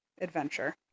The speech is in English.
adventure